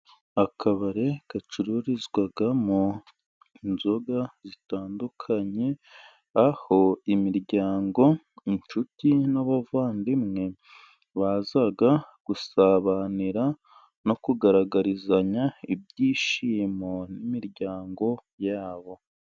Akabari gacururizwamo inzoga zitandukanye, aho imiryango, inshuti n'abavandimwe, baza gusabanira no kugaragarizanya ibyishimo imiryango yabo.